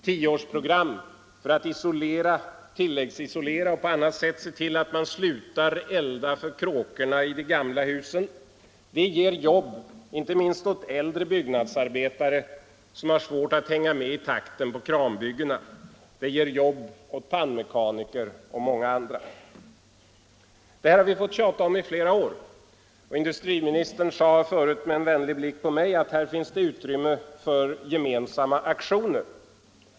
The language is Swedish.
Tioårsprogram för att tilläggsisolera och på annat sätt se till att man slutar elda för kråkorna i gamla hus ger jobb, inte minst åt äldre byggnadsarbetare, som har svårt att hänga med i takten på kranbyggena, samt åt pannmekaniker och många andra. Detta har vi fått tjata om i flera år. Industriministern sade förut med en vänlig blick på mig att här finns utrymme för gemensamma aktioner.